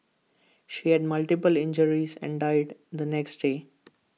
she had multiple injuries and died the next day